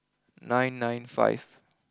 nine nine five